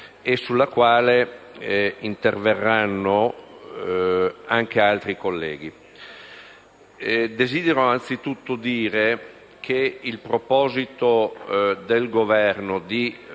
e sulla quale interverranno anche altri colleghi. Desidero anzitutto dire che il proposito del Governo di